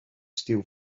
steal